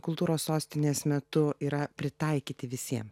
kultūros sostinės metu yra pritaikyti visiem